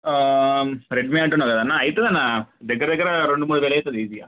Redmi అంటున్నావు కాదన్నా అవుతుందన్న దగ్గర దగ్గర రెండు మూడు వేలు అవుతుంది ఈజీగా